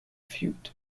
feud